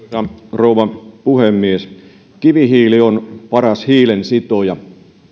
rouva puhemies kivihiili on paras hiilensitoja